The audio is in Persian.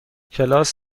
کلاس